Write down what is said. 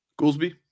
Goolsby